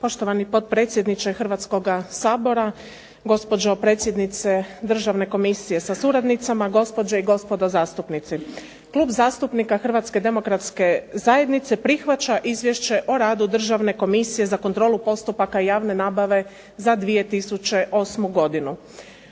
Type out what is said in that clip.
Poštovani potpredsjedniče Hrvatskoga sabora, gospođo predsjednice Državne komisije sa suradnicama, gospođe i gospodo zastupnici. Klub zastupnika Hrvatske demokratske zajednice prihvaća Izvješće o radu Državne komisije za kontrolu postupaka javne nabave za 2008. godinu.